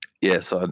Yes